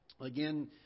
again